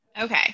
Okay